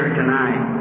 tonight